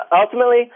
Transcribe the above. ultimately